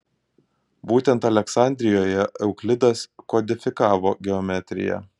būtent aleksandrijoje euklidas kodifikavo geometriją